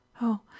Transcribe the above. Oh